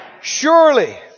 Surely